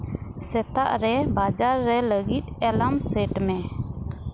ᱥᱮᱛᱟᱜ ᱨᱮ ᱵᱟᱡᱟᱨ ᱨᱮ ᱞᱟᱹᱜᱤᱫ ᱮᱞᱟᱢ ᱥᱮᱴ ᱢᱮ